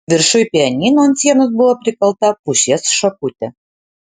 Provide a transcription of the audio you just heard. viršuj pianino ant sienos buvo prikalta pušies šakutė